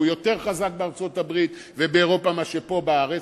והוא יותר חזק בארצות-הברית ובאירופה מאשר פה בארץ.